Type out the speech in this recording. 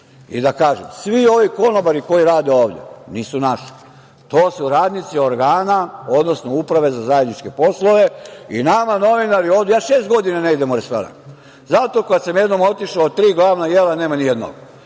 da kažem, svi ovi konobari koji rade ovde nisu naši. To su radnici organa, odnosno Uprave za zajedničke poslove i nama novinari ovde, ja šest godina ne idem u restoran, zato kada sam jednom otišao tri glavna jela nema nijednog.